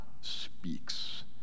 speaks